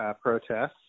protests